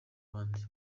abandi